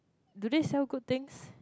do they sell good things